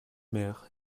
mère